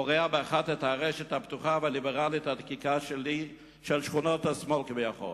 קורע באחת את הארשת הפתוחה והליברלית הדקיקה של שכונת שמאל כביכול.